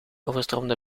overstroomde